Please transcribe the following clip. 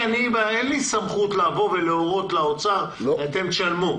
אין לי סמכות לבוא ולהורות לאוצר שישלם.